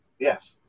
Yes